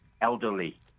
elderly